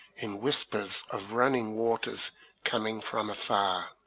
in whispers of running waters coming from afar.